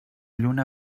lluna